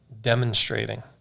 demonstrating